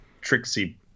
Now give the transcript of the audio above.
Trixie